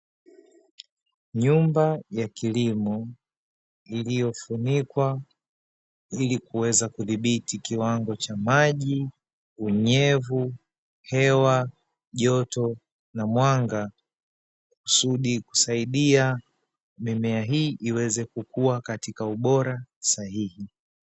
Nyumba ya kilimo iliyo funikwa ,ili kuweza kudhibiti kiwango cha maji unyevu joto hewa na mwanga kusudi kusaidia mimea hii iweze kukua katika ubora sahihi.